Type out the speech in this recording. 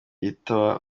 yitaba